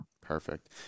Perfect